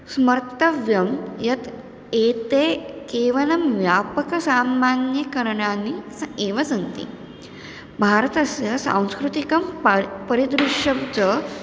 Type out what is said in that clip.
स्मर्तव्यं यत् एते केवलं व्यापकसामान्यकरणानि स् एव सन्ति भारतस्य सांस्कृतिकं पारि परिदृश्यं च